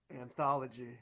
Anthology